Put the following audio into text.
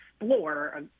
explore